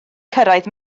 cyrraedd